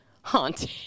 haunting